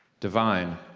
devine,